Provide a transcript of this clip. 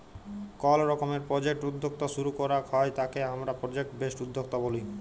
call রকমের project উদ্যক্তা শুরু করাক হ্যয় তাকে হামরা প্রজেক্ট বেসড উদ্যক্তা ব্যলি